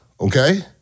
okay